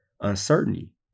Uncertainty